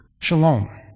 Shalom